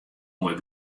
moaie